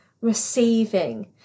receiving